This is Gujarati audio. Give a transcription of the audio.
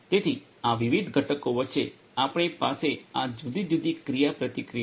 તેથી આ વિવિધ ઘટકો વચ્ચે આપણી પાસે આ જુદી જુદી ક્રિયાપ્રતિક્રિયાઓ છે